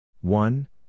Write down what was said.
one